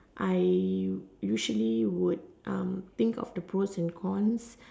I usually would um think about the pros and cons